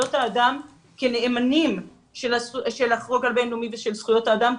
זכויות האדם כנאמנים של החוק הבין-לאומי ושל זכויות האדם,